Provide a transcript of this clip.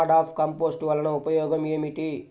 NADEP compost వలన ఉపయోగం ఏమిటి?